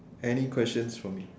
any questions for me